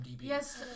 Yes